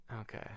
Okay